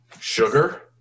Sugar